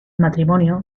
matrimonio